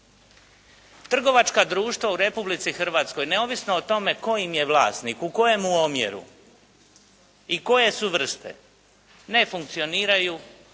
Trgovačka društva u Republici Hrvatskoj neovisno o tome tko im je vlasnik u kojemu omjeru i koje su vrste ne funkcioniraju